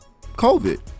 COVID